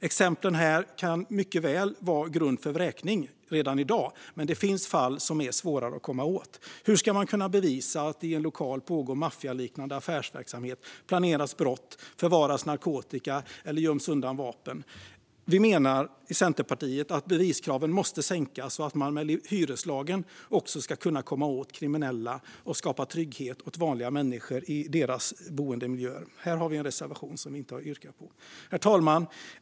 Exemplen här kan mycket väl vara grund för vräkning redan i dag, men det finns fall som är svårare att komma åt. Hur ska man bevisa att det i en lokal pågår maffialiknande affärsverksamhet, planeras brott, förvaras narkotika eller göms undan vapen? Vi i Centerpartiet menar att beviskraven måste sänkas och att man med hyreslagen ska kunna komma åt kriminella och skapa trygghet åt vanliga människor i deras boendemiljöer. Här har vi en reservation som vi inte har yrkat bifall till. Herr talman!